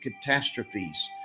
catastrophes